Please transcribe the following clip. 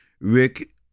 Rick